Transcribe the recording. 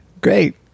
great